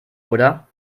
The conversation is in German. oder